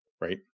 right